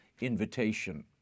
invitation